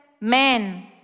men